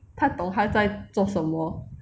他懂他在做什么